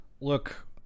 look